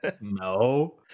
No